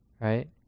right